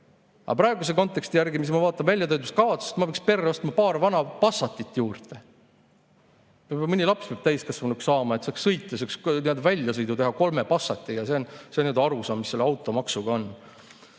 Aga praeguse konteksti järgi, kui ma vaatan väljatöötamiskavatsusest, ma peaksin perre ostma paar vana Passatit juurde. Mõni laps peab täiskasvanuks saama, et saaks sõita, saaks väljasõidu teha kolme Passatiga. See on arusaam, mis selle automaksuga on.